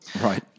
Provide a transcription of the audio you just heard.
Right